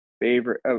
favorite